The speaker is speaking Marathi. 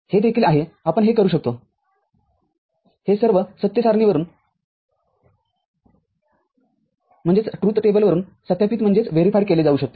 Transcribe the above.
हे देखील आहे आपण हे करू शकतो हे सर्व सत्य सारणीवरून सत्यापित केले जाऊ शकते